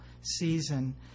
season